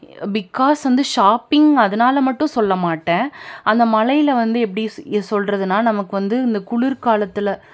because வந்து shopping அதனால மட்டும் சொல்லமாட்டேன் அந்த மலையில் வந்து எப்படி சொல்கிறதுன்னா நமக்கு வந்து இந்த குளிர் காலத்தில்